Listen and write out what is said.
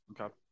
Okay